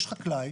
יש חקלאי,